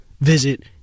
Visit